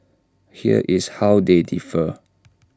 here is how they differ